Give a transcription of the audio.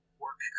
work